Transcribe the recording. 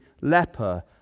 leper